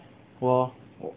我